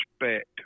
respect